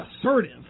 assertive